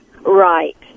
Right